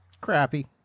Crappy